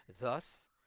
Thus